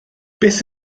beth